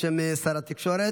בשם שר התקשורת,